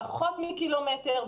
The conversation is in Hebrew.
פחות מקילומטר.